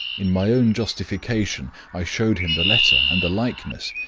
in my own justification, i showed him the letter and the likeness,